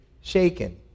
shaken